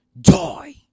Joy